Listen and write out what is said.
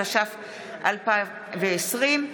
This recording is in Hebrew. התש"ף 2020,